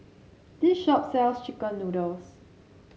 this shop sells chicken noodles